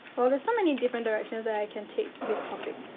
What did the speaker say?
oh, there's so many different directions that i can take this topic.